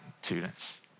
students